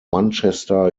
manchester